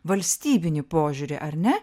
valstybinį požiūrį ar ne